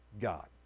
God